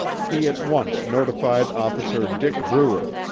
he at once notified officer dick bruer,